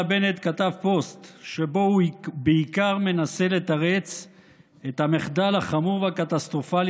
בנט כתב פוסט שבו הוא בעיקר מנסה לתרץ את המחדל החמור והקטסטרופלי